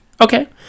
Okay